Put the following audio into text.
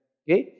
okay